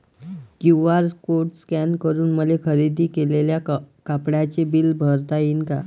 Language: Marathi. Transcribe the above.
क्यू.आर कोड स्कॅन करून मले खरेदी केलेल्या कापडाचे बिल भरता यीन का?